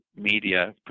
media